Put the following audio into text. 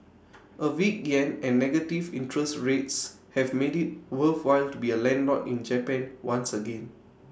A weak Yen and negative interest rates have made IT worthwhile to be A landlord in Japan once again